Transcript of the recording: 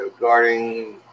guarding